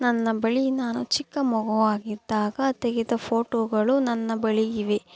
ನನ್ನ ಬಳಿ ನಾನು ಚಿಕ್ಕ ಮಗುವಾಗಿದ್ದಾಗ ತೆಗೆದ ಫ಼ೋಟೋಗಳು ನನ್ನ ಬಳಿ ಇವೆ